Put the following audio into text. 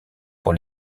pour